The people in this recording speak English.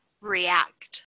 react